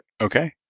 Okay